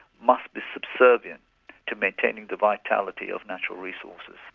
must be subservient to maintaining the vitality of natural resources.